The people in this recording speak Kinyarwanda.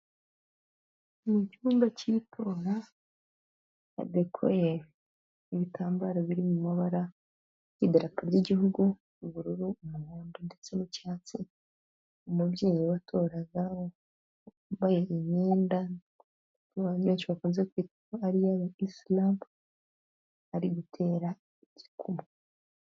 Mu cyumba cy'itora hadekoye ibitambaro biri mu mabara y'idarapo ry'igihugu ubururu, umuhondo ndetse n'icyatsi, umubyeyi watoraga wambaye imyenda abantu benshi bakunze kwitwa ko ari iy'aba Islam ari gutera igikumwe.